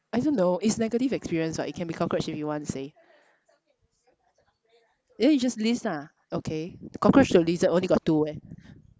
I don't know it's negative experience [what] it can be cockroach if you want to say yeah you just list lah okay cockroach to lizard only got two eh